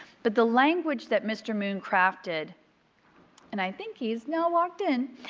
but the language that mr. moon crafted and i think he is now walked in,